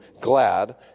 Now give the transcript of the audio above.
glad